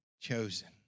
chosen